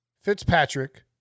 Fitzpatrick